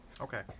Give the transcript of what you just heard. Okay